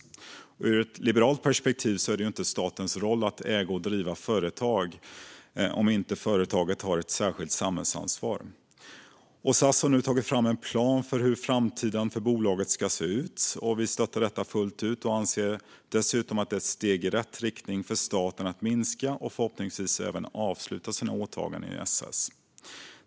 Ur ett liberalt perspektiv är det inte statens roll att äga och driva företag om inte företaget har ett särskilt samhällsansvar. SAS har nu tagit fram en plan för hur framtiden för bolaget ska se ut. Vi stöttar detta fullt ut och anser dessutom att det är ett steg i rätt riktning för att staten ska kunna minska och förhoppningsvis även avsluta sina åtaganden i SAS.